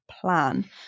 plan